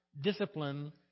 discipline